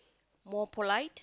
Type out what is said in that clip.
more polite